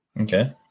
Okay